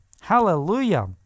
Hallelujah